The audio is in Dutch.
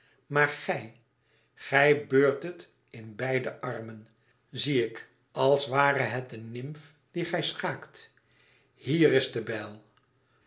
maar gij gij beurt het in beide armen zie ik als ware het een nymf die gij schaakt hier de bijl